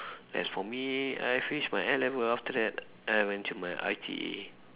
as for me I finish my N-level after that and I went to my I_T_E